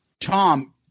Tom